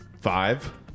five